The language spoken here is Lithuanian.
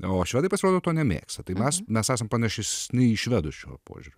o švedai pasirodo to nemėgsta tai mes mes esam panašesni į švedus šiuo požiūriu